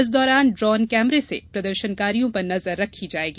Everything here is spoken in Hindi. इस दौरान ड्रोन कैमरे से प्रदर्शनकारियों पर नजर रखी जायेगी